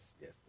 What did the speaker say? yes